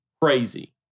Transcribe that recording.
crazy